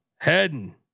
heading